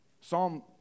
Psalm